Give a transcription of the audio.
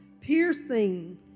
piercing